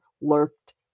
lurked